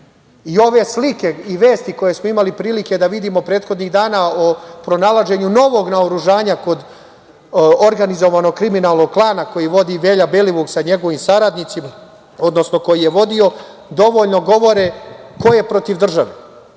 i ove slike i vesti koje smo imali prilike da vidimo prethodnih dana o pronalaženju novog naoružanja kod organizovanog kriminalnog klana koji vodi Velja Belivuk, sa njegovim saradnicima, odnosno koji je vodio, dovoljno govore ko je protiv države.